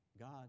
God